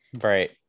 right